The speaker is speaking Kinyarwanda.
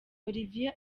olivier